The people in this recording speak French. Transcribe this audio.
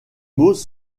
mots